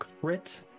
crit